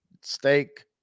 steak